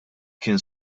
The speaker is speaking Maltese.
kien